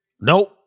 nope